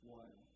one